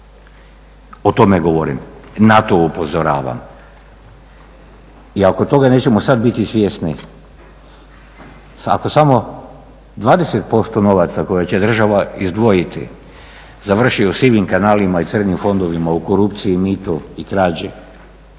O tome govorim, na to upozoravam. I ako toga nećemo sad biti svjesni, ako samo 20% novaca koje će država izdvojiti završi u sivim kanalima i crnim fondovima, u korupciji, i mitu i krađi,